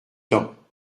temps